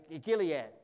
Gilead